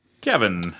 Kevin